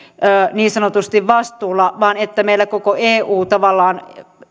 vastuulla vaan että meillä koko eu tavallaan